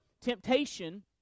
temptation